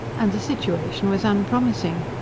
and the situation was unpromising.